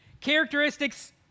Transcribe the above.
Characteristics